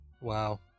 Wow